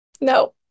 No